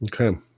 Okay